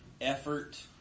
effort